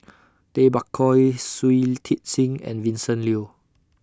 Tay Bak Koi Shui Tit Sing and Vincent Leow